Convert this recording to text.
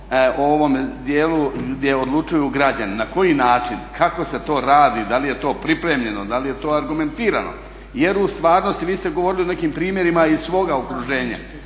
u onom dijelu gdje odlučuju građani, na koji način, kako se to radi, da li je to pripremljeno, da li je to argumentirano. Jer u stvarnosti vi ste govorili o nekim primjerima iz svoga okruženja,